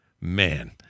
man